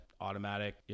automatic